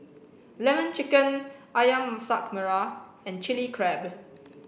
lemon chicken ayam masak merah and chili crab